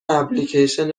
اپلیکیشن